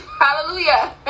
hallelujah